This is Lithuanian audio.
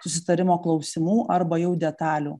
susitarimo klausimų arba jau detalių